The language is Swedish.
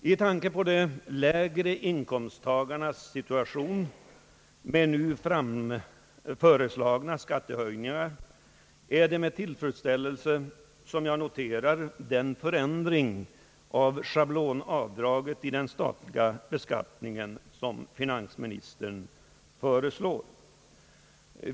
Med tanke på de lägre inkomsttagarnas situation efter nu föreslagna skattehöjningars genomförande är det med tillfredsställelse jag noterar den förändring av schablonavdraget i den statliga beskattningen, som finansministern föreslår.